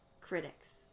critics